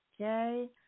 Okay